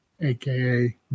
AKA